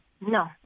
No